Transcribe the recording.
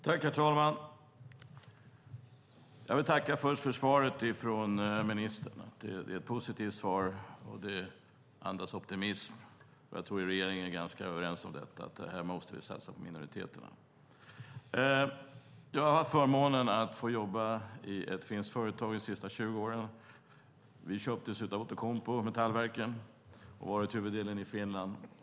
Herr talman! Jag vill först tacka för svaret från ministern. Det är ett positivt svar, och det andas optimism. Jag tror att regeringen är ganska överens om att vi måste satsa på minoriteterna. Jag har haft förmånen att få jobba i ett finskt företag de senaste 20 åren. Metallverken köptes av Outokumpu och har huvuddelen av verksamheten i Finland.